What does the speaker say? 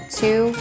two